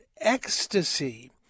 ecstasy